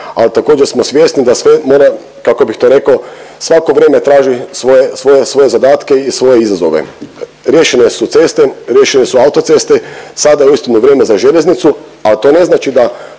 ali također smo svjesni da sve mora kako bih to rekao, svako vrijeme traži svoje, svoje zadatke i svoje izazove. Riješene su ceste, riješene su autoceste sada je uistinu vrijeme za željeznicu, ali to ne znači da